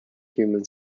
human